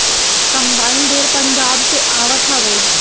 combine ढेर पंजाब से आवत हवे